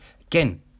again